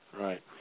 right